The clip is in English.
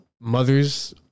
mothers